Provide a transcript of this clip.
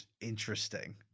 Interesting